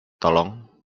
tolong